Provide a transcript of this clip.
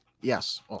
Yes